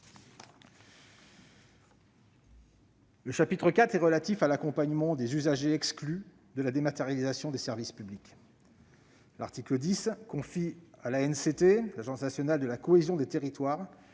Le chapitre IV est relatif à l'accompagnement des usagers exclus de la dématérialisation des services publics. L'article 10 confie à l'Agence nationale de la cohésion des territoires